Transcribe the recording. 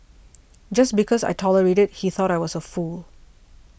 just because I tolerated he thought I was a fool